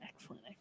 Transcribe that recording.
excellent